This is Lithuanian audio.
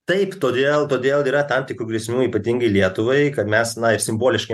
taip todėl todėl yra tam tikrų grėsmių ypatingai lietuvai kad mes na ir simboliškai